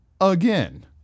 again